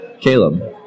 Caleb